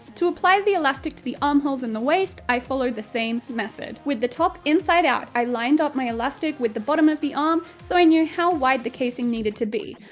to apply the elastic to the armholes and the waist, i followed the same method. with the top inside-out, i lined up my elastic with the bottom of the arm, um so i knew how wide the casing needed to be.